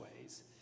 ways